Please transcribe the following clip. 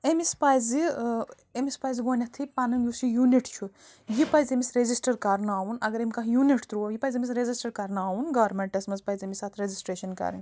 أمِس پَزِ أمس پزِ گۄڈٕنٮ۪ٹھٕے پنٕنۍ یُس یہ یونِٹ چھُ یہِ پَزِ أمِس رجسٹر کَرناوُن اگر أمۍ کانٛہہ یونِٹ تروو یہِ پَزِ أمِس رجسٹر کرناون گورمنٹس منٛز پَزٕ أمِس اَتھ رجسٹریشن کَرٕنۍ